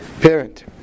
parent